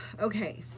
ok,